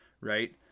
Right